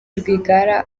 rwigara